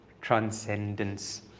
transcendence